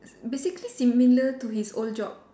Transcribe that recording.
basically similar to his old job